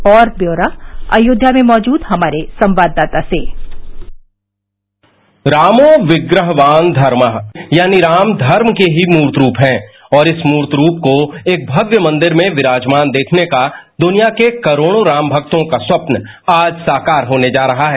और ब्यौरा अयोध्या में मौजूद हमारे संवाददाता से रामो विग्रहवान धर्माः यानी राम धर्म के ही मूर्त रूप हैं और इस मूर्त रूप को एक भव्य मंदिर में विराजमान देखने का दुनिया के करोड़ों राममक्तों का स्वप्न आज साकार होने जा रहा है